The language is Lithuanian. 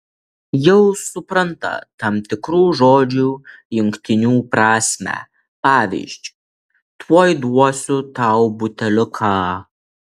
jau supranta tam tikrų žodžių jungtinių prasmę pavyzdžiui tuoj duosiu tau buteliuką